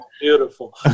Beautiful